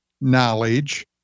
knowledge